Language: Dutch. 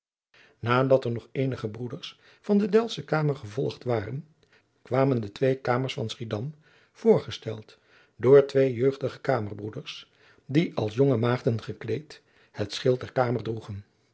nadat er nog eenige broeders van de delftsche kamer gevolgd waren kwamen de twee kamers van schiedam voorgesteld door twee jeugdige adriaan loosjes pzn het leven van maurits lijnslager kamerbroeders die als jonge maagden gekleed het schild der kamer